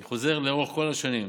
אני חוזר: לאורך כל השנים.